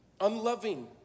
unloving